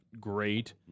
great